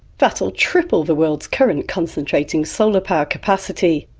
that'll triple the world's current concentrating solar power capacity.